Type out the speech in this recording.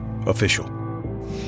official